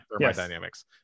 thermodynamics